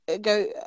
go